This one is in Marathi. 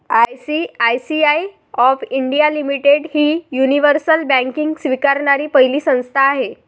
आय.सी.आय.सी.आय ऑफ इंडिया लिमिटेड ही युनिव्हर्सल बँकिंग स्वीकारणारी पहिली संस्था आहे